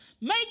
Make